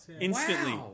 Instantly